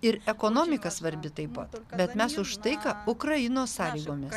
ir ekonomika svarbi taip pat bet mes už taiką ukrainos sąlygomis